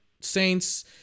Saints